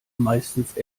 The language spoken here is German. meistens